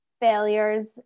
failures